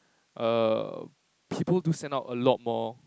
err people do send out a lot more